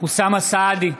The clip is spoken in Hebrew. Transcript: אוסאמה סעדי,